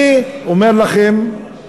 אני אומר לכם,